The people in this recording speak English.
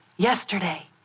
Yesterday